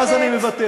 ואז אני מוותר.